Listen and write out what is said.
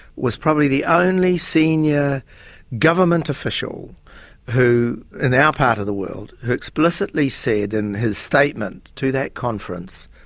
was probably the only senior government official who, in our part of the world, who explicitly said in his statement to that conference,